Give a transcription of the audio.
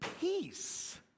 peace